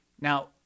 Now